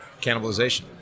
Cannibalization